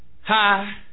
Hi